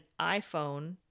iphone